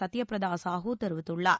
சத்தியபிரதா சாஹு தெரிவித்துள்ளார்